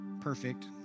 perfect